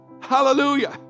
Hallelujah